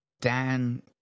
Dan